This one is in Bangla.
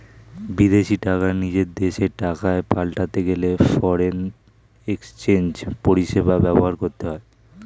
বিদেশী টাকা নিজের দেশের টাকায় পাল্টাতে গেলে ফরেন এক্সচেঞ্জ পরিষেবা ব্যবহার করতে হয়